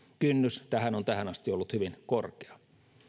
kynnys tähän on tähän asti ollut hyvin korkea